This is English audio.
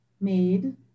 made